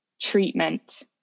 treatment